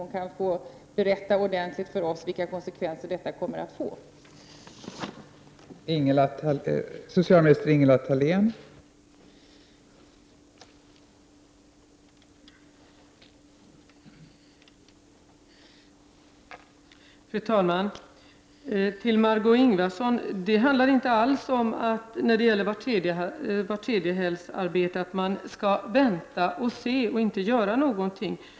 Då kan hon utförligt berätta för oss vilka konsekvenserna kan bli i det här sammanhanget.